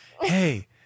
hey